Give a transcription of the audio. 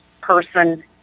person